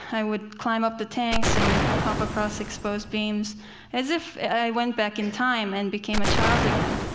i would climb up the tanks and hop across exposed beams as if i went back in time and became a child again.